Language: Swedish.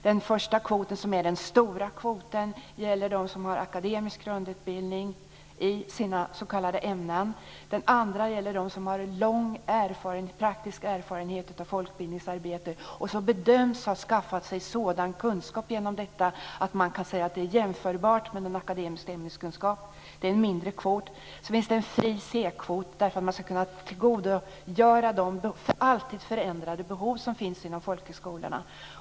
Den första kvoten, som är den stora kvoten, gäller dem som har akademisk grundutbildning i sina s.k. ämnen. Den andra gäller dem som har en lång praktisk erfarenhet av folkbildningsarbete och som bedöms ha skaffat sig sådan kunskap genom detta att man kan säga att det är jämförbart med en akademisk ämneskunskap. Det är en mindre kvot. Sedan finns en fri C-kvot där man ska kunna tillgodose de alltid förändrade behov som finns inom folkhögskolorna.